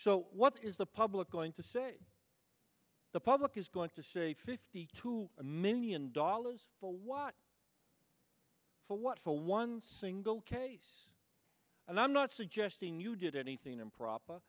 so what is the public going to say the public is going to say fifty two million dollars for what for what for one single case and i'm not suggesting you did anything improper